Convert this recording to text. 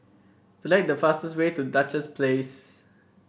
select the fastest way to Duchess Place